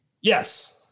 Yes